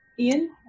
Ian